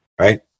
right